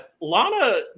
Lana